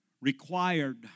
required